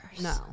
No